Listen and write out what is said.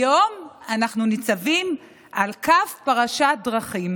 היום אנחנו ניצבים על קו פרשת דרכים